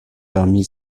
parmi